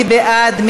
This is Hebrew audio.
מי בעד?